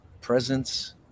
Presence